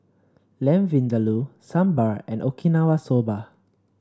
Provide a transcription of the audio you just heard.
Lamb Vindaloo Sambar and Okinawa Soba